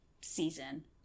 season